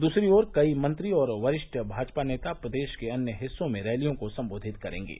दूसरी ओर कई मंत्री और वरिष्ठ भाजपा नेता प्रदेश के अन्य हिस्सों में रैलियों को संबोधित करेंगे